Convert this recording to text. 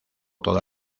toda